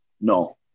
No